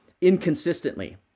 inconsistently